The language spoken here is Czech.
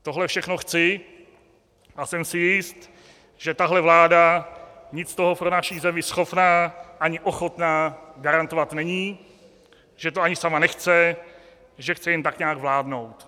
Tohle všechno chci a jsem si jist, že tahle vláda nic z toho pro naši zemi schopna ani ochotna garantovat není, že to ani sama nechce, že chce jen tak nějak vládnout.